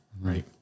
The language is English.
Right